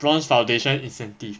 bronze foundation incentive